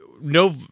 no